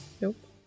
Nope